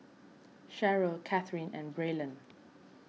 Cheryle Kathryn and Braylon